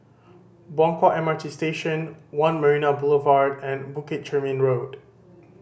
Buangkok M R T Station One Marina Boulevard and Bukit Chermin Road